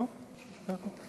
חברי חברי הכנסת,